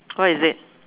what is it